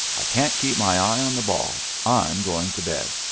i can't keep my eye on the ball. i'm going to bed.